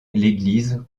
l’église